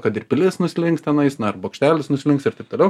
kad ir pilis nuslinks tenais na ar bokštelis nuslinks ir taip toliau